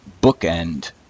bookend